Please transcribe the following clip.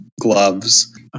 gloves